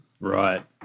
Right